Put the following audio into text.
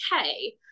okay